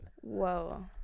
Whoa